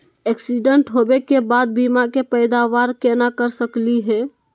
Accident होवे के बाद बीमा के पैदावार केना कर सकली हे?